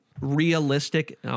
realistic